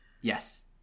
yes